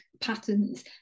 patterns